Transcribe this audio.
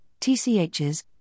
TCHs